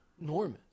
Norman